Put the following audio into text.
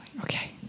Okay